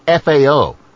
FAO